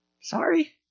Sorry